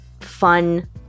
fun